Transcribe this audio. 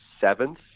seventh